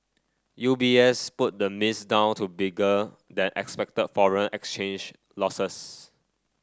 U B S put the miss down to bigger than expected foreign exchange losses